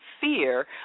fear